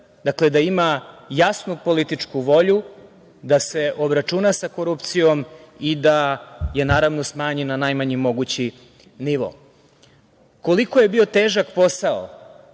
dakle, da ima jasnu političku volju da se obračuna sa korupcijom i da je naravno smanji na najmanji mogući nivo. Koliko je bio težak posao